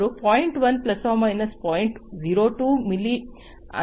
02 milliampere ಆಗಿದೆ